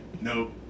Nope